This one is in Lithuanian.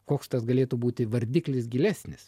koks tas galėtų būti vardiklis gilesnis